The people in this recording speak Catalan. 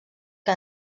que